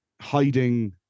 hiding